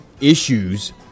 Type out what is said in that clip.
issues